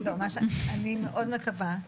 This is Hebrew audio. אני מאוד מקווה,